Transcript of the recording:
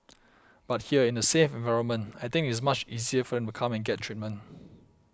but here in a safe environment I think it is much easier for them to come and get treatment